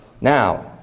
Now